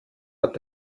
hat